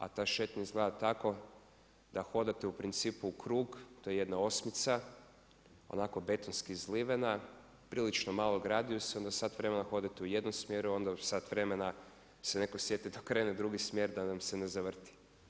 A ta šetnja izgleda tako da hodate u principu u krug, to je jedna osmica onako betonski izlivena, prilično onako malog radijusa i onda sat vremena hodate u jednom smjeru, onda sat vremena se netko sjeti da okrene drugi smjer da nam se ne zavrti.